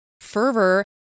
fervor